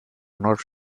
not